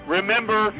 Remember